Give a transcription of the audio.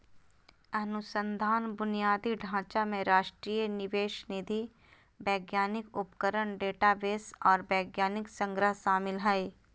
अनुसंधान बुनियादी ढांचा में राष्ट्रीय निवेश निधि वैज्ञानिक उपकरण डेटाबेस आर वैज्ञानिक संग्रह शामिल हइ